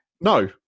No